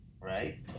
Right